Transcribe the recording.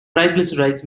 triglycerides